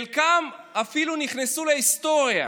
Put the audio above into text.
חלקם אפילו נכנסו להיסטוריה.